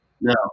No